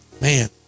Man